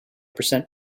percent